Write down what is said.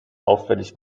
auffällig